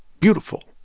beautiful.